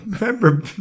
remember